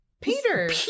Peter